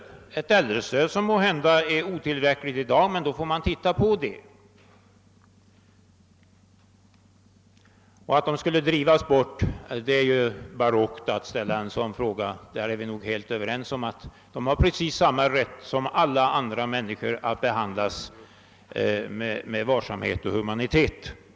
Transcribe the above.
Detta äldrestöd är måhända i dag otillräckligt, men den saken får man i så fall se över. Att ställa frågan, om meningen är att dessa jordbrukare skall drivas bort, är barockt. Vi är säkert helt överens om att de har precis samma rätt som alla andra människor i detta land att behandlas med varsamhet och humanitet.